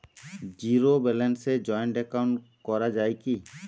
Zero ব্যালেন্সে joint account করা য়ায় কি?